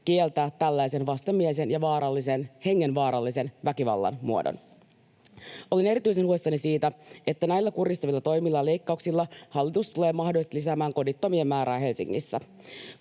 kieltää tällaisen vastenmielisen ja vaarallisen — hengenvaarallisen — väkivallan muodon. Olen erityisen huolissani siitä, että näillä kuristavilla toimilla ja leikkauksilla hallitus tulee mahdollisesti lisäämään kodittomien määrää Helsingissä.